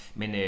men